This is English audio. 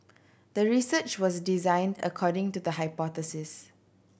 the research was designed according to the hypothesis